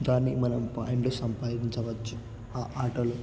దాన్ని మనం పాయింట్లు సంపాదించవచ్చు ఆ ఆటలో